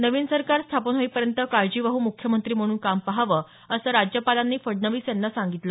नवीन सरकार स्थापन होईपर्यंत काळजीवाहू मुख्यमंत्री म्हणून काम पाहावं असं राज्यपालांनी फडणवीस यांना सांगितलं